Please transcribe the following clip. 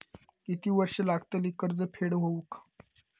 किती वर्षे लागतली कर्ज फेड होऊक?